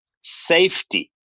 safety